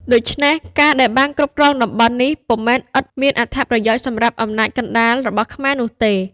ដូច្នេះការ ដែលបានគ្រប់គ្រងតំបន់នេះ ពុំមែនឥតមានអត្ថប្រយោជន៍សម្រាប់អំណាចកណ្តាលរបស់ខ្មែរនោះទេ។